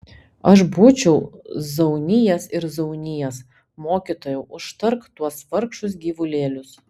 aš būčiau zaunijęs ir zaunijęs mokytojau užtark tuos vargšus gyvulėlius